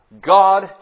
God